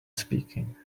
speaking